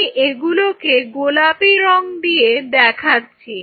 আমি এগুলোকে গোলাপি রং দিয়ে দেখাচ্ছি